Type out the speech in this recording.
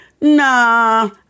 Nah